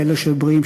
ואלה שבריאים,